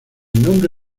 nombre